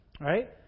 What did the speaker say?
right